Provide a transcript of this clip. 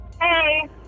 Hey